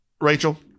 Rachel